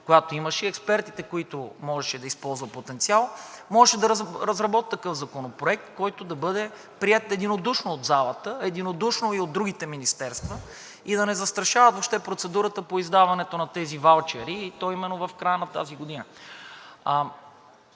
която имаше и експертите, които можеше да използва като потенциал, можеше да разработят такъв законопроект, който да бъде приет единодушно от залата, единодушно и от другите министерства и да не застрашават въобще процедурата по издаването на тези ваучери, и то именно в края на тази година.